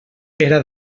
era